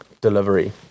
delivery